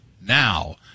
Now